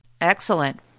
Excellent